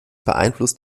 beeinflusst